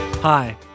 Hi